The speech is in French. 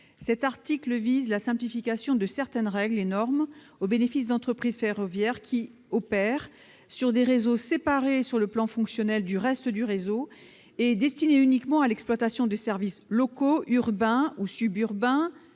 Cet article vise la simplification de certaines règles et normes au bénéfice d'entreprises ferroviaires qui opèrent sur des réseaux « séparés sur le plan fonctionnel du reste du réseau et qui sont destinés uniquement à l'exploitation de services locaux, urbains ou suburbains